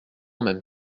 même